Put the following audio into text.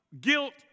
Guilt